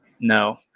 No